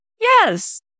Yes